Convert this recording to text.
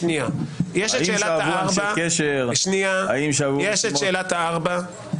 יש את שאלת הארבעה.